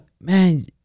man